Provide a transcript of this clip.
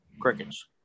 crickets